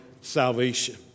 salvation